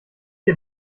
ihr